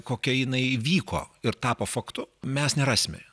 kokia jinai įvyko ir tapo faktu mes nerasime